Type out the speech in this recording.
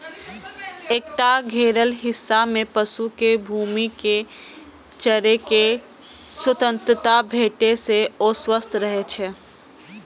एकटा घेरल हिस्सा मे पशु कें घूमि कें चरै के स्वतंत्रता भेटै से ओ स्वस्थ रहै छै